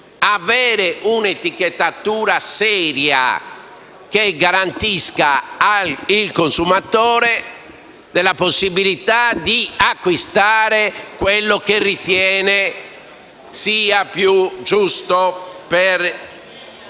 avere un'etichettatura seria che garantisca al consumatore la possibilità di acquistare quello che ritiene essere più giusto per la